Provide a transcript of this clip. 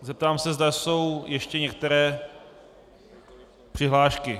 Zeptám se, zda jsou ještě některé přihlášky.